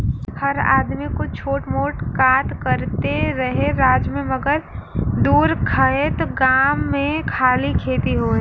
हर आदमी कुछ छोट मोट कां त करते रहे राज्य मे मगर दूर खएत गाम मे खाली खेती होए